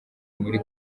muri